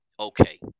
Okay